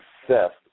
success